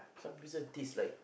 some pieces taste like